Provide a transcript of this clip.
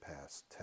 past